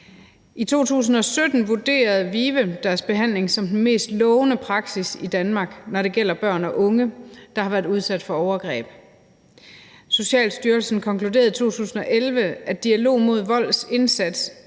I 2017 vurderede VIVE deres behandling som den mest lovende praksis i Danmark, når det gælder børn og unge, der har været udsat for overgreb. Socialstyrelsen konkluderede i 2011, at Dialog mod Volds indsats